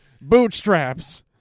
bootstraps